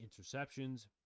interceptions